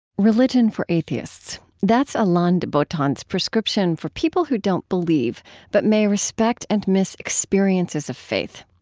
religion for atheists that's alain de botton's prescription for people who don't believe but may respect and miss experiences of faith.